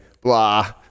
Blah